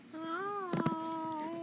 Hi